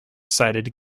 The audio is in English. sighted